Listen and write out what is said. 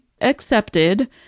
accepted